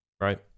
right